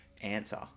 answer